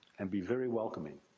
and be very welcoming.